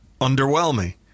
underwhelming